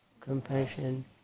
compassion